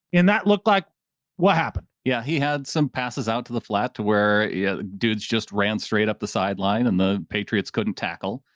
and that looked like. brandan what happened? yeah. he had some passes out to the flat to where dudes just ran straight up the sideline and the patriots couldn't tackle.